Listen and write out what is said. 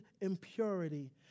impurity